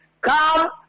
come